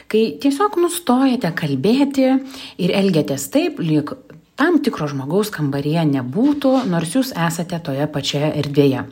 kai tiesiog nustojate kalbėti ir elgiatės taip lyg tam tikro žmogaus kambaryje nebūtų nors jūs esate toje pačioje erdvėje